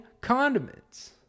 condiments